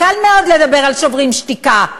קל מאוד לדבר על "שוברים שתיקה",